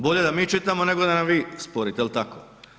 Bolje da mi čitamo, nego da nam vi sporite, je li tako?